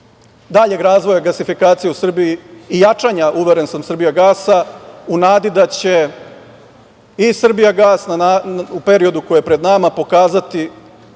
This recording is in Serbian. daljeg razvoja gasifikacije u Srbiji i jačanja, uveren sam, „Srbijagasa“, u nadi da će i „Srbijagas“ u periodu koji je pred nama pokazati